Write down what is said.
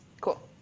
cool